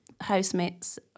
housemates